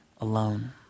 alone